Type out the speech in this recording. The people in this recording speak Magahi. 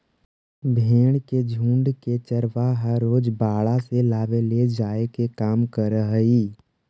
भेंड़ के झुण्ड के चरवाहा रोज बाड़ा से लावेले जाए के काम करऽ हइ